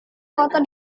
foto